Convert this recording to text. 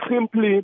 simply